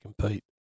compete